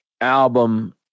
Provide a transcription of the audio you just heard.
album